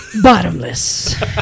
bottomless